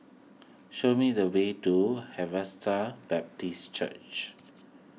show me the way to Harvester Baptist Church